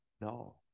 No